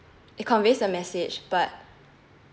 it conveys the message but